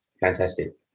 fantastic